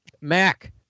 Mac